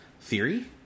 theory